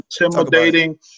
intimidating